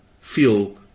feel